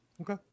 Okay